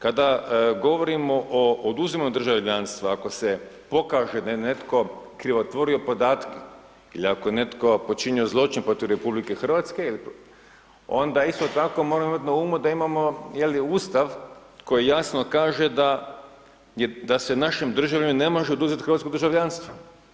Kada govorimo o oduzimanju državljanstva, ako se pokaže da je netko krivotvorio podatke, ili ako je netko počinio zločin protiv RH onda isto tako moramo imati na umu da imamo Ustav koji jasno kaže da se našem državljaninu ne može oduzeti hrvatsko državljanstvo.